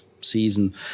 season